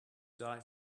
die